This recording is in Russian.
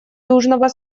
южного